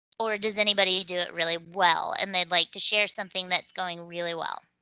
or does anybody do it really well, and they'd like to share something that's going really well?